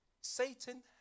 Satan